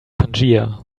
pangaea